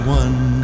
one